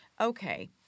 Okay